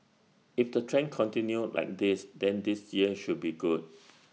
if the trend continues like this then this year should be good